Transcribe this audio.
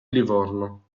livorno